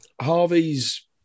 Harvey's